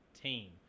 team